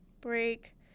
break